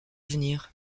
venir